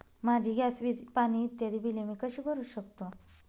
माझी गॅस, वीज, पाणी इत्यादि बिले मी कशी भरु शकतो?